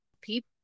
people